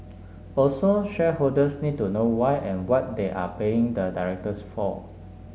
also shareholders need to know why and what they are paying the directors for